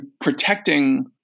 protecting